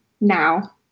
now